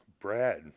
Brad